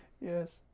Yes